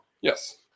Yes